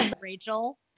Rachel